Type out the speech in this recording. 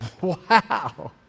Wow